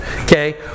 okay